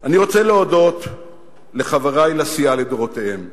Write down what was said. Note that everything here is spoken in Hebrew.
אני רוצה להודות לחברי לסיעה לדורותיהם,